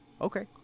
okay